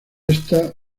esta